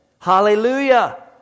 Hallelujah